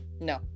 no